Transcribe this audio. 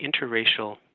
interracial